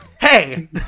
Hey